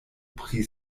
pri